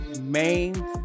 main